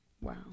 Wow